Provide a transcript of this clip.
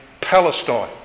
Palestine